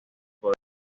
poder